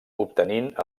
obtenint